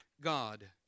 God